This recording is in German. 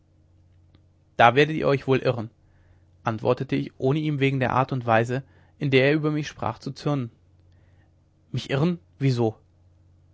da werdet ihr euch wohl irren antwortete ich ohne ihm wegen der art und weise in der er über mich sprach zu zürnen mich irren wie